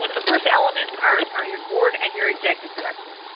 the first elements are are your board and your executive director.